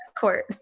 court